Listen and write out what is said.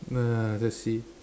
nah let's see